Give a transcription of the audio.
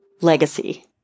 legacy